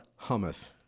hummus